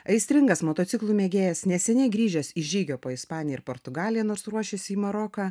aistringas motociklų mėgėjas neseniai grįžęs iš žygio po ispaniją ir portugalija nors ruošėsi į maroką